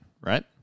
right